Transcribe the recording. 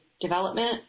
development